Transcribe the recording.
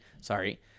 Sorry